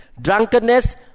drunkenness